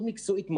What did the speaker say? מאוד מקצועית,